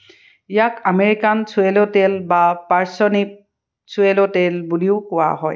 ইয়াক American swallowtail বা parsnip swallowtail বুলিও কোৱা হয়